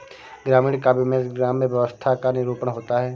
ग्रामीण काव्य में ग्राम्य व्यवस्था का निरूपण होता है